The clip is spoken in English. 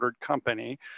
company